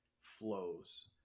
flows